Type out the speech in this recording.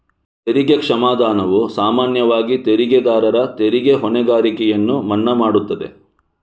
ತೆರಿಗೆ ಕ್ಷಮಾದಾನವು ಸಾಮಾನ್ಯವಾಗಿ ತೆರಿಗೆದಾರರ ತೆರಿಗೆ ಹೊಣೆಗಾರಿಕೆಯನ್ನು ಮನ್ನಾ ಮಾಡುತ್ತದೆ